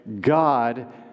God